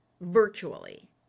virtually